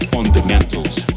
Fundamentals